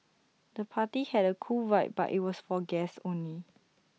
the party had A cool vibe but IT was for guests only